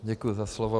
Děkuji za slovo.